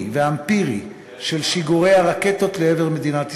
ואמפירי של שיגורי הרקטות לעבר מדינת ישראל,